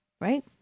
right